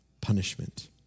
punishment